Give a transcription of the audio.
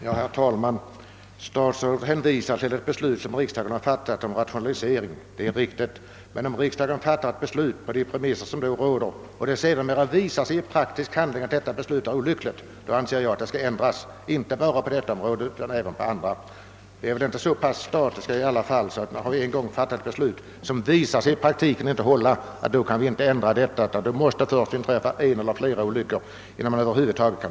Herr talman! Statsrådet hänvisar till ett beslut som riksdagen har fattat om rationalisering. Men om riksdagen fattar ett beslut på de premisser som :rå der och det sedermera i praktiken visar sig vara ett olyckligt beslut, bör det enligt min mening ändras inte bara på detta utan även på andra områden. Vi är väl inte så statiska att om vi en gång fattat ett beslut, som i praktiken visar sig inte hålla, kan vi inte ändra det förrän en eller flera olyckor har inträffat.